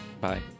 bye